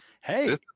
hey